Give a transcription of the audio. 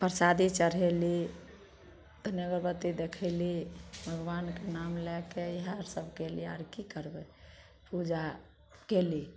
परसादी चढ़ेली तनी अगरबत्ती देखेली भगवानके नाम लएके इएहे सब कयली आर की करबय पूजा कयली